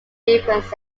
differences